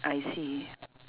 I see